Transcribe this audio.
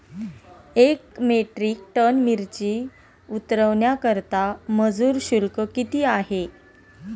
एक metric tonne मिरची उतरवण्याकरता मजूर शुल्क किती आहे?